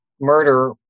murder